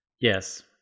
yes